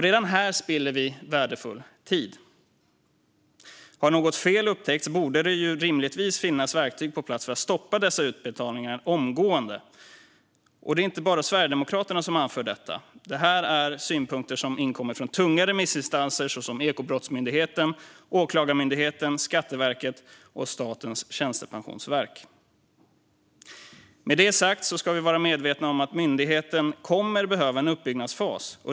Redan här spiller vi värdefull tid. Har något fel upptäckts borde det rimligtvis finnas verktyg på plats för att stoppa dessa utbetalningar omgående. Det är inte bara Sverigedemokraterna som anför detta. Detta är synpunkter som inkommit från tunga remissinstanser som Ekobrottsmyndigheten, Åklagarmyndigheten, Skatteverket och Statens tjänstepensionsverk. Med detta sagt ska vi vara medvetna om att myndigheten kommer att behöva en uppbyggnadsfas.